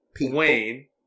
Wayne